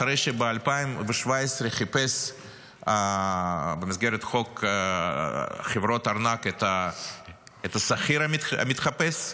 אחרי שב-2017 חיפש במסגרת חוק חברות ארנק את השכיר המתחפש,